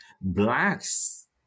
blacks